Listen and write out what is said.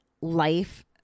life